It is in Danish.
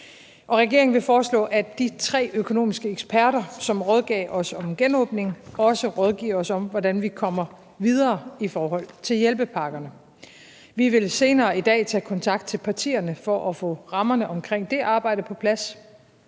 Regeringen vil foreslå, at de tre økonomiske eksperter, som rådgav os om en genåbning, også rådgiver os om, hvordan vi kommer videre i forhold til hjælpepakkerne. Vi vil senere i dag tage kontakt til partierne for at få rammerne omkring det arbejde på plads,